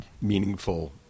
meaningful